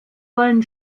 wollen